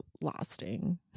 lasting